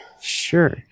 Sure